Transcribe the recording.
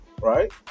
right